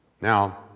Now